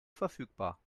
verfügbar